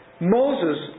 Moses